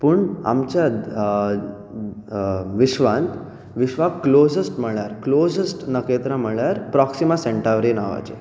पूण आमच्या विश्वान विश्वाक क्लोजस्ट म्हळ्यार क्लोजस्ट नकेत्रां म्हळ्यार प्रोक्सीमा सेंटावरे नांवाचें